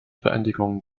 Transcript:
beendigung